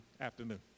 afternoon